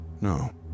No